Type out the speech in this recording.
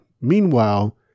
Meanwhile